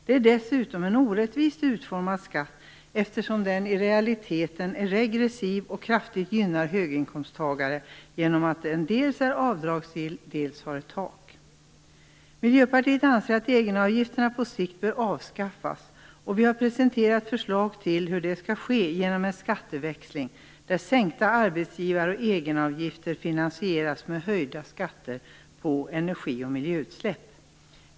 Det är dessutom en orättvist utformad skatt, eftersom den i realiteten är regressiv och kraftigt gynnar höginkomsttagare genom att den dels är avdragsgill, dels har ett tak. Miljöpartiet anser att egenavgifterna på sikt bör avskaffas. Vi har presenterat förslag till hur det skall ske, genom en skatteväxling där sänkta arbetsgivaroch egenavgifter finansieras med höjda skatter på energi och miljöutsläpp.